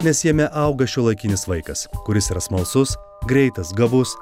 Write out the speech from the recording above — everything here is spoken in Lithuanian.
nes jame auga šiuolaikinis vaikas kuris yra smalsus greitas gabus